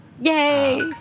Yay